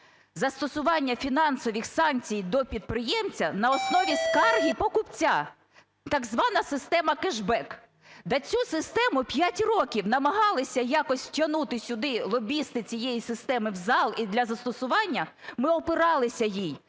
"застосування фінансових санкцій до підприємця на основі скарги покупця", так звана система кешбек. Та цю систему 5 років намагалися якось втягнути сюди лобісти цієї системи, в зал і для застосування, ми опиралися їй.